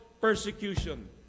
persecution